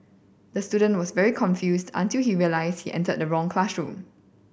the student was very confused until he realised he entered the wrong classroom